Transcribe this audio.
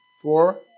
four